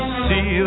see